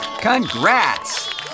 Congrats